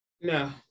No